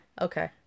Okay